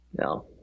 no